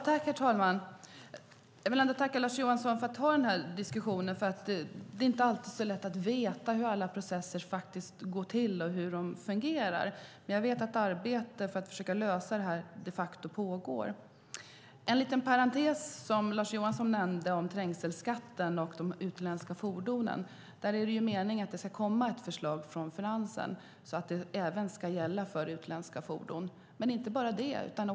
Herr talman! Jag vill tacka Lars Johansson för den här diskussionen, för det är inte alltid så lätt att veta hur alla processer går till och hur de fungerar. Men jag vet att arbete för att försöka lösa det här de facto pågår. En liten parentes som Lars Johansson nämnde gäller trängselskatten och de utländska fordonen. Där är det meningen att det ska komma ett förslag från finansen, så att det även ska gälla för utländska fordon. Men det är inte bara det.